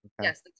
Yes